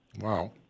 Wow